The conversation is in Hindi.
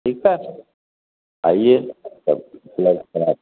ठीक है आईए